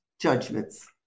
judgments